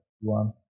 one